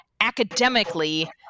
academically